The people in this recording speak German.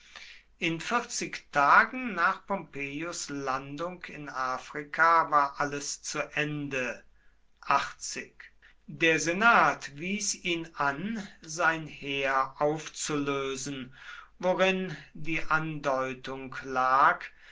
in vierzig tagen nach pompeius landung in afrika war alles zu ende der senat wies ihn an sein heer aufzulösen worin die andeutung lag